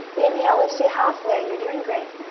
inhale lifts you halfway. you're doin' great.